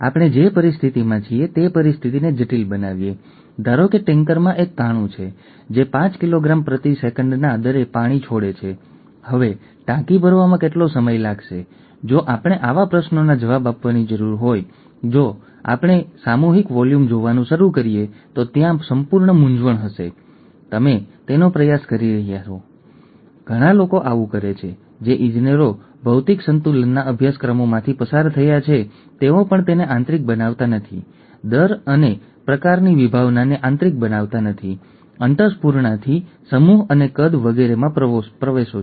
આપણે જાણીએ છીએ કે સામાન્ય હિમોગ્લોબિન હિમોગ્લોબિનમાંથી બનાવવામાં આવે છે હિમોગ્લોબિન એક પ્રોટીન છે તેથી તે વિવિધ પેટા એકમોને અનુરૂપ જનીનોમાંથી બનાવવામાં આવે છે જે વિવિધ પેટા એકમો માટે કોડ છે